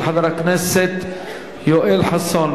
של חבר הכנסת יואל חסון,